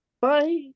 Bye